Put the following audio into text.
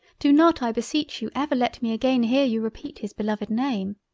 do not i beseech you ever let me again hear you repeat his beloved name.